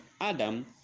Adam